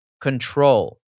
control